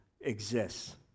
exists